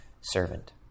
servant